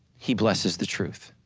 he blesses the truth.